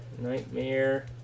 Nightmare